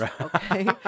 okay